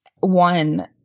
One